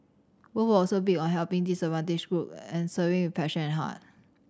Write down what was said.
both were also big on helping disadvantaged group and serving with passion and heart